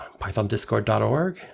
pythondiscord.org